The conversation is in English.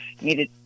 needed